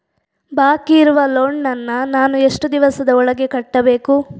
ಬಾಕಿ ಇರುವ ಲೋನ್ ನನ್ನ ನಾನು ಎಷ್ಟು ದಿವಸದ ಒಳಗೆ ಕಟ್ಟಬೇಕು?